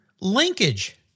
linkage